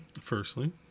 firstly